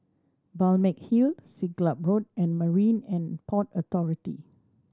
Balmeg Hill Siglap Road and Marine And Port Authority